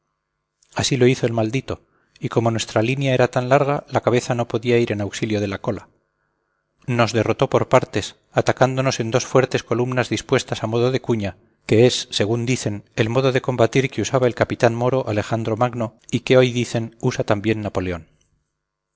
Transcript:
así lo hizo el maldito y como nuestra línea era tan larga la cabeza no podía ir en auxilio de la cola nos derrotó por partes atacándonos en dos fuertes columnas dispuestas al modo de cuña que es según dicen el modo de combatir que usaba el capitán moro alejandro magno y que hoy dicen usa también napoleón